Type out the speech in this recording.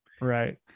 Right